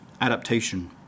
adaptation